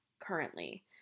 currently